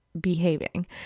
behaving